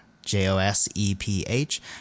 j-o-s-e-p-h